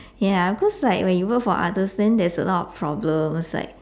ya because like when you work for others then there's a lot of problems like